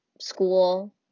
school